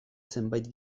zenbait